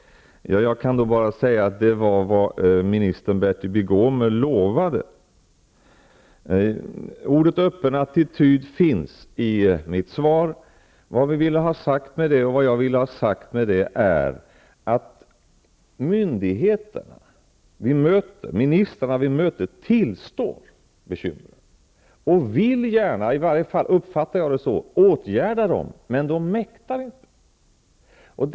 Jag kan då bara säga att det var vad minister Orden ''öppen attityd'' finns i mitt svar. Vad jag vill ha sagt med det är att myndigheterna och ministrarna som vi möter tillstår bekymren och gärna vill åtgärda dem -- i varje fall uppfattar jag det så -- men de mäktar inte.